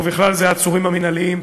ובכלל זה העצורים המינהליים.